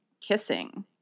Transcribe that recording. kissing